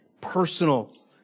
personal